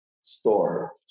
store